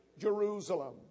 Jerusalem